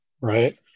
Right